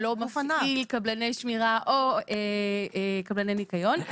שלא מפעיל קבלני שמירה או קבלני ניקיון.